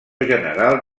general